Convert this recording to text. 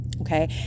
Okay